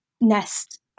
nest